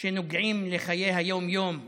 שנוגעים לחיי היום-יום,